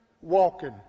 walking